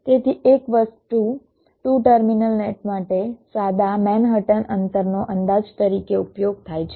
તેથી એક વસ્તુ 2 ટર્મિનલ નેટ માટે સાદા મેનહટન અંતરનો અંદાજ તરીકે ઉપયોગ થાય છે